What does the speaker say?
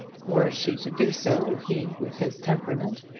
were she to do so, he, with his temperament,